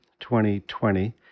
2020